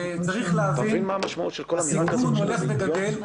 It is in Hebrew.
צריך להבין שהסיכון הולך וגדל,